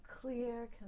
clear